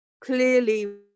Clearly